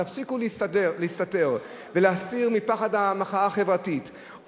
תפסיקו להסתתר ולהסתיר מפחד המחאה החברתית,